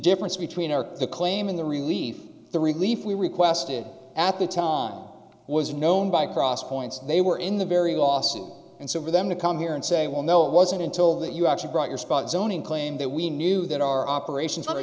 difference between or the claim in the relief the relief we requested at the time was known by cross points and they were in the very last and so for them to come here and say well no it wasn't until that you actually brought your spot zoning claim that we knew that our operations